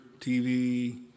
TV